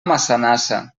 massanassa